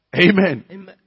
Amen